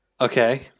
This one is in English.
Okay